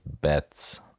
bets